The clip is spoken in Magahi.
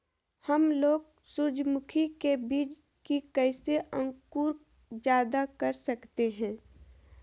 हमलोग सूरजमुखी के बिज की कैसे अंकुर जायदा कर सकते हैं?